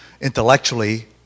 intellectually